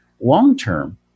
long-term